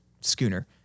schooner